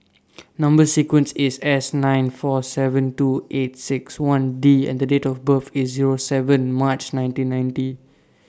Number sequence IS S nine four seven two eight six one D and Date of birth IS Zero seven March nineteen ninety